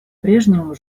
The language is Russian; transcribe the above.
прежнему